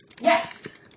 Yes